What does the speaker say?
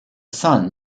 son